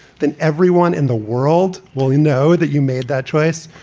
then everyone in the world will know that you made that choice.